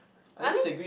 I mean